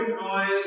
noise